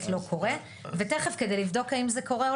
לא קורה ותיכף כדי לבדוק האם זה קורה,